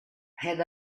had